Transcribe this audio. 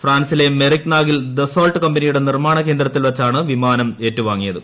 ഫ്രാൻസിലെ മെറിഗ്നാകിൽ ദസോർട്ട് കമ്പനിയുടെ നിർമ്മാണ കേന്ദ്രത്തിൽ വച്ചാണ് വിമാനം ഏറ്റുവാങ്ങിയത്